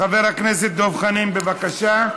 חבר הכנסת דב חנין, בבקשה.